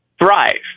thrive